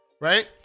right